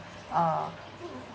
uh